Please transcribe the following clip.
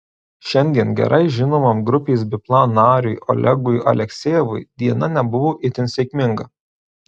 šiandien gerai žinomam grupės biplan nariui olegui aleksejevui diena nebuvo itin sėkminga